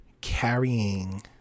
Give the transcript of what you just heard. carrying